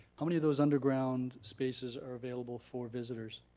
how many of those underground spaces are available for visitors?